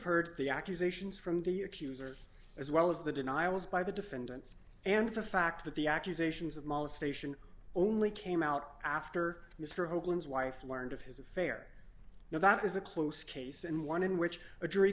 heard the accusations from the accuser as well as the denials by the defendant and the fact that the accusations of malice station only came out after mr hoagland's wife learned of his affair now that is a close case and one in which a jury